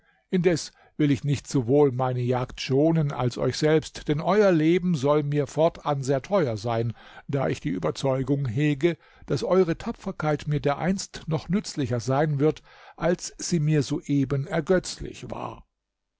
indes will ich nicht sowohl meine jagd schonen als euch selbst denn euer leben soll mir fortan sehr teuer sein da ich die überzeugung hege daß eure tapferkeit mir dereinst noch nützlicher sein wird als sie mir soeben ergötzlich war